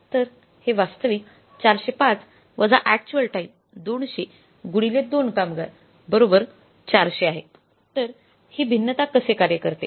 तर हे वास्तविक 405 वजा अक्चुअल टाइम २०० गुणिले २ कामगार ४०० आहे तरहि भिन्नता कसे कार्य करते